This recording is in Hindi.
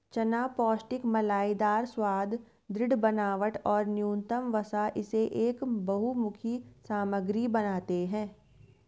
चना पौष्टिक मलाईदार स्वाद, दृढ़ बनावट और न्यूनतम वसा इसे एक बहुमुखी सामग्री बनाते है